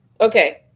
Okay